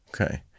Okay